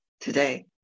today